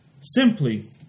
Simply